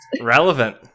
Relevant